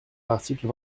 l’article